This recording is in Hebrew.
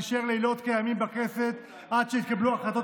נשב לילות כימים בכנסת עד שיתקבלו ההחלטות